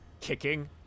kicking